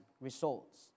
results